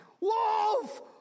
wolf